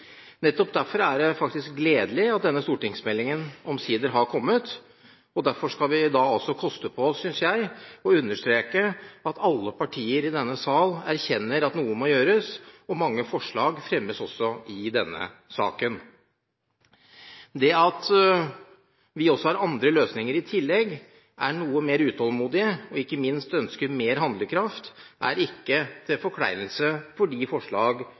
Nettopp derfor er det faktisk gledelig at denne stortingsmeldingen omsider har kommet. Derfor skal vi i dag også koste på oss, synes jeg, å understreke at alle partier i denne sal erkjenner at noe må gjøres, og mange forslag fremmes også i denne saken. Det at vi også har andre løsninger i tillegg, er noe mer utålmodige og ikke minst ønsker mer handlekraft, er ikke til forkleinelse for de forslag